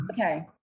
okay